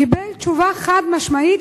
קיבל תשובה חד-משמעית,